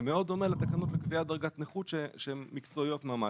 זה מאוד דומה לתקנות לקביעת דרגת נכות שהן מקצועיות ממש.